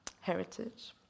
Heritage